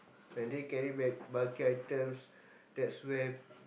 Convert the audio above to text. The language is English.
when they carry bag bulky items that's where